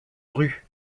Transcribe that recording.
rues